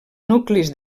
nuclis